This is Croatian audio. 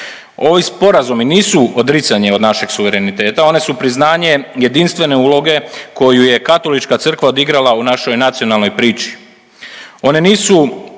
Ovi sporazumi nisu odricanje od našeg suvereniteta, one su priznanje jedinstvene uloge koju je Katolička Crkva odigrala u našoj nacionalnoj priči.